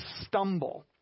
stumble